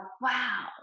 wow